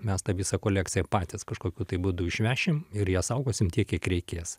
mes tą visą kolekciją patys kažkokiu tai būdu išvešim ir ją saugosim tiek kiek reikės